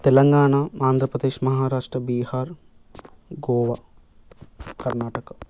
Telangana Andhra Pradesh Maharashtra Bihar Goa Karnataka